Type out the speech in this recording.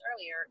earlier